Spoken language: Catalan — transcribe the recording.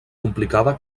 complicada